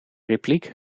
repliek